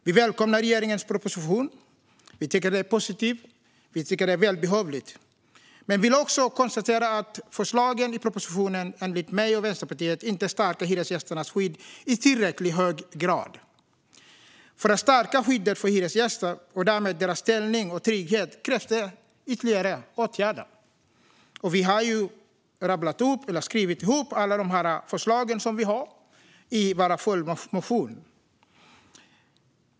Vi välkomnar regeringens proposition. Vi tycker att den är positiv och välbehövlig. Förslagen i propositionen stärker dock, enligt mig och Vänsterpartiet, inte hyresgästernas skydd i tillräckligt hög grad. För att stärka skyddet för hyresgästerna, och därmed deras ställning och trygghet, krävs ytterligare åtgärder. Vi har rabblat upp - eller skrivit ihop - alla de förslag vi har i vår följdmotion.